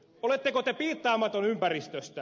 oletteko te piittaamaton ympäristöstä